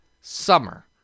Summer